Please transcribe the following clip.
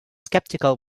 skeptical